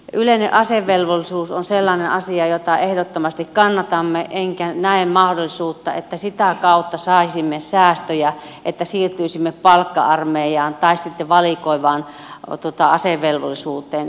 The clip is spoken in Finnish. yleinen asevelvollisuus on sellainen asia jota ehdottomasti kannatamme enkä näe mahdollisuutta että sitä kautta saisimme säästöjä että siirtyisimme palkka armeijaan tai sitten valikoivaan asevelvollisuuteen